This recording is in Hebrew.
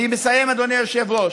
אני מסיים, אדוני היושב-ראש.